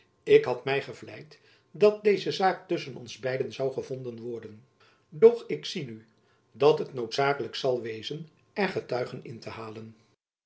ik had my gevleid dat deze zaak tusschen ons beiden zoû gevonden worden doch ik zie nu dat het noodzakelijk zal wezen er getuigen in te halen